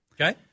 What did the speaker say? Okay